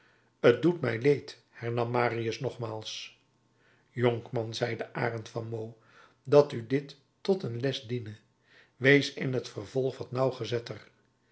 t doet mij leed hernam marius nogmaals jonkman zei de arend van meaux dat u dit tot een les diene wees in t vervolg wat nauwgezetter